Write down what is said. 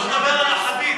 התורה הקדושה,